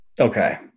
Okay